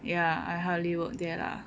ya I hardly work there lah